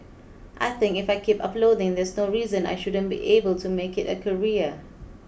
I think if I keep uploading there's no reason I shouldn't be able to make it a career